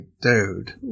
dude